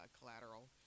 collateral